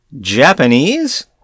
Japanese